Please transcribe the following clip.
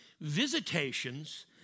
Visitations